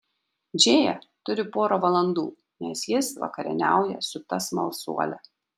džėja turi porą valandų nes jis vakarieniauja su ta smalsuole